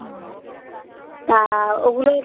হুম তা ওগুলোয়